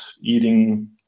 eating